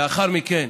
ולאחר מכן